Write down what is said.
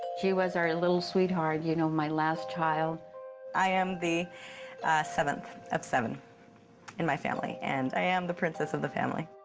she was our little sweetheart, you know, my last child. cristine i am the seventh of seven in my family, and i am the princess of the family.